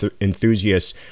enthusiasts